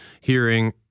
hearing